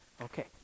Okay